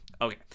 Okay